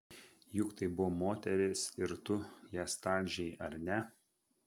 juk tai buvo moterys ir tu jas talžei ar ne